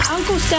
Uncle